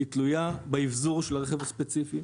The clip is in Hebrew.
היא תלויה באבזור של הרכב הספציפי,